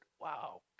Wow